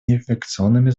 неинфекционными